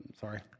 Sorry